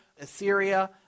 Assyria